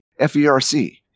FERC